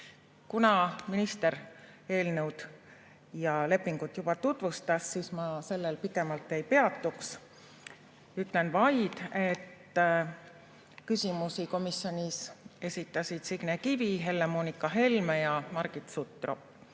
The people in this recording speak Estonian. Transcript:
Kuna minister eelnõu ja lepingut juba tutvustas, siis ma sellel pikemalt ei peatuks. Ütlen vaid, et küsimusi esitasid komisjonis Signe Kivi, Helle-Moonika Helme ja Margit